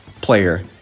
player